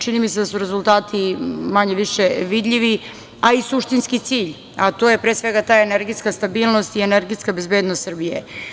Čini mi se da su rezultati manje-više vidljivi, a i suštinski cilj, a to je pre svega ta energetska stabilnost i energetska bezbednost Srbije.